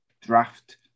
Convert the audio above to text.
draft